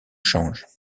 change